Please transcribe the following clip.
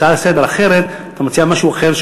בהצעה אחרת אתה מציע משהו אחר,